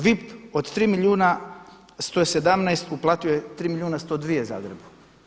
VIP od 3 milijuna 117 uplatio je 3 milijuna 102 Zagrebu.